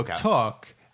took